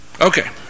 Okay